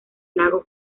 lago